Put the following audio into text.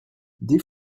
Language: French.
des